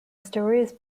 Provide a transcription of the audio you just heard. stories